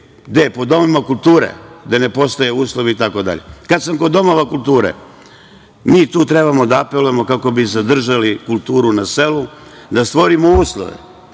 Gde, po domovima kulture, gde ne postoje uslovi itd? Kada sam kod domova kulture, mi tu trebamo da apelujemo kako bi zadržali kulturu na selu, da stvorimo uslove.